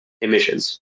emissions